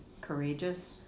courageous